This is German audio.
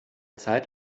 zeit